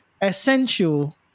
essential